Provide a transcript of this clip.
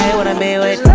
wanna be with